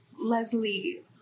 Leslie